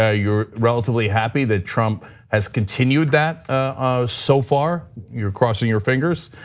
ah you're relatively happy that trump has continued that ah so far, you're crossing your fingers,